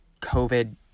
COVID